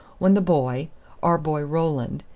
when the boy our boy roland,